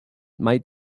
might